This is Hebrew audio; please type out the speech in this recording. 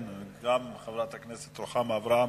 חברת הכנסת רוחמה אברהם,